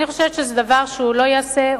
אני חושבת שזה דבר שלא ייעשה,